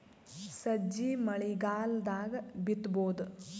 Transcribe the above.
ಸಜ್ಜಿ ಮಳಿಗಾಲ್ ದಾಗ್ ಬಿತಬೋದ?